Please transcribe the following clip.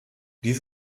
dies